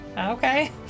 Okay